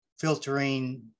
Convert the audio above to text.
filtering